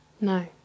No